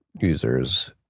users